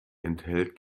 enthält